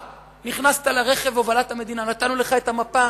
נכנסת לרכב הובלת המדינה, נתנו לך את המפה,